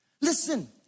Listen